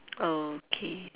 okay